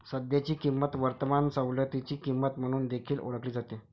सध्याची किंमत वर्तमान सवलतीची किंमत म्हणून देखील ओळखली जाते